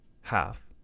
half